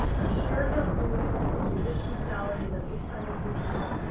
i'm sure he'll do it with the additional salary that lee-sung is receiving.